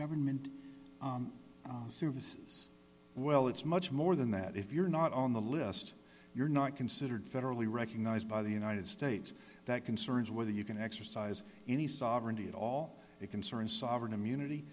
government services well it's much more than that if you're not on the list you're not considered federally recognized by the united states that concerns whether you can exercise any sovereignty at all it concerns sovereign immunity